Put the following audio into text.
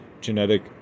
genetic